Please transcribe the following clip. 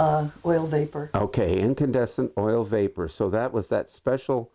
for ok incandescent oil vapor so that was that special